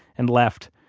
and left,